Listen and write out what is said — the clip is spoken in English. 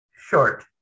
short